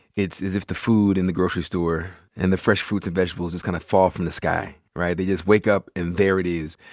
it's as if the food in the grocery store and the fresh fruits and vegetables just kind of fall from the sky, right? they just wake up and there it is.